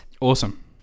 Awesome